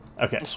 Okay